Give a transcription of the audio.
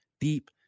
deep